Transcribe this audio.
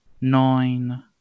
nine